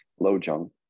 lojong